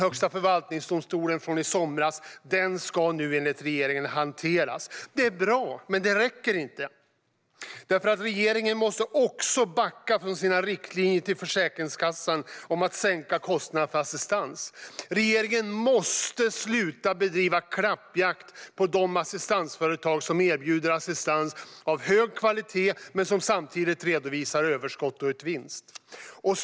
Högsta förvaltningsdomstolens dom från i somras ska nu enligt regeringen hanteras. Det är bra, men det räcker inte. Regeringen måste backa från sina riktlinjer till Försäkringskassan om att sänka kostnaderna för assistans. Regeringen måste också sluta att bedriva klappjakt på de assistansföretag som erbjuder assistans av hög kvalitet och som samtidigt redovisar överskott och tar ut vinst.